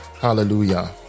Hallelujah